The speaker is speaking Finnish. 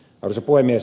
arvoisa puhemies